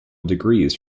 degrees